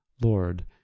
Lord